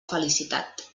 felicitat